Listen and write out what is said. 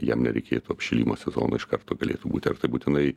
jam nereikėtų apšilimo sezono iš karto galėtų būti ar tai būtinai